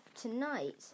tonight